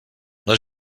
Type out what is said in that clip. les